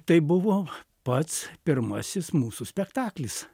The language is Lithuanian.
tai buvo pats pirmasis mūsų spektaklis